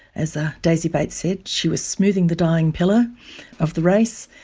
as ah daisy bates said, she was smoothing the dying pillow of the race.